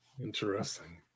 Interesting